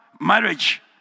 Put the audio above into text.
marriage